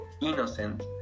Innocent